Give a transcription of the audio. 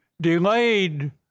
delayed